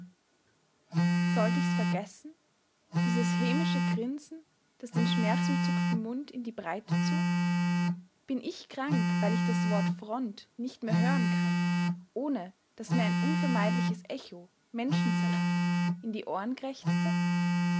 sollt ich's vergessen dieses hämische grinsen das den schmerzumzuckten mund in die breite zog bin ich krank weil ich das wort front nicht mehr hören kann ohne daß mir ein unvermeidliches echo menschensalat in die ohren krächzte